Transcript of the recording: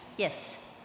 Yes